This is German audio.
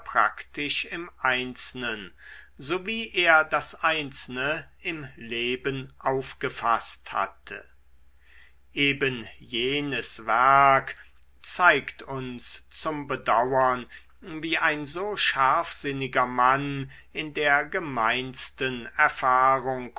praktisch im einzelnen so wie er das einzelne im leben aufgefaßt hatte eben jenes werk zeigt uns zum bedauern wie ein so scharfsinniger mann in der gemeinsten erfahrung